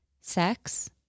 sex